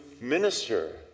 minister